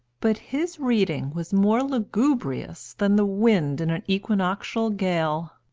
but his reading was more lugubrious than the wind in an equinoctial gale.